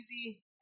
easy